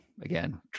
Again